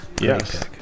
Yes